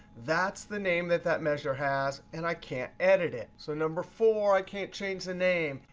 that's the name that that measure has, and i can't edit it. so number four, i can't change the name.